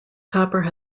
copper